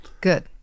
good